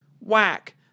Whack